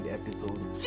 episodes